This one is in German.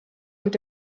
und